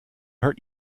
hurt